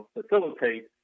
facilitate